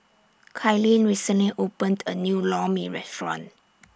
Kailyn recently opened A New Lor Mee Restaurant